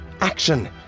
action